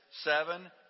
seven